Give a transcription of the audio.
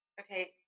Okay